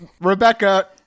Rebecca